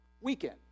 weekend